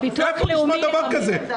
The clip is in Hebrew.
איפה נשמע דבר כזה?